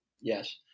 Yes